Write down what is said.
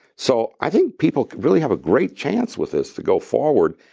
so i think people really have a great chance with this to go forward.